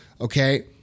Okay